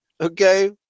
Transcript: Okay